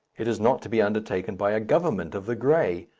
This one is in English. it is not to be undertaken by a government of the grey,